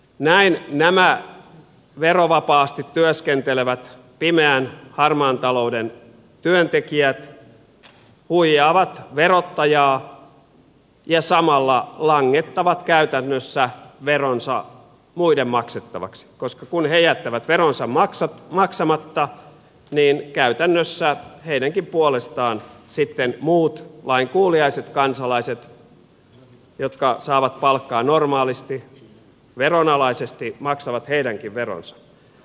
näin nämä verovapaasti työskentelevät pimeän harmaan talouden työntekijät huijaavat verottajaa ja samalla langettavat käytännössä veronsa muiden maksettavaksi koska kun he jättävät veronsa maksamatta niin käytännössä heidänkin puolestaan sitten muut lainkuuliaiset kansalaiset jotka saavat palkkaa normaalisti veronalaisesti maksavat veronsa